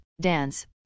dance